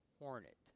Hornet